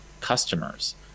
customers